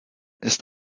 ist